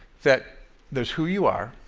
that there's who you are,